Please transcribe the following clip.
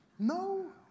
No